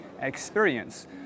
experience